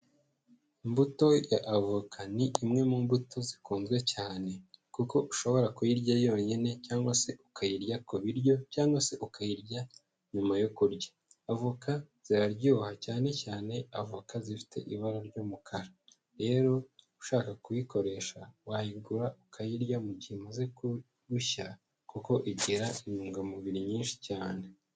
Imbuto y'avoka ni imwe mu mbuto zikunzwe cyane kuko ushobora kuyirya yonyine cyangwa se ukayirya ku biryo cyangwa se ukayirya nyuma yo kurya. Avoka ziraryoha cyane cyane avoka zifite ibara ry'umukara. Rero ushaka kuyikoresha, wayigura ukayirya mu gihe imaze gushya kuko igira intungamubiri nyinshi cyane.